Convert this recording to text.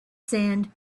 sand